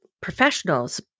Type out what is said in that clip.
professionals